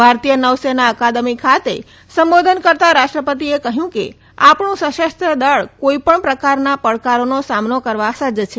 ભારતીય નૌસેના અકાદમી ખાતે સંબોધન કરતાં રાષ્ટ્રપતિએ કહ્યું કે આપણું સશસ્ત્રદળ કોઇપણ પ્રકારની પડકારોનો સામનો કરવા માટે સજજ છે